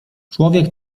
człowiek